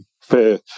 fair